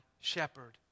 shepherd